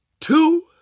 Two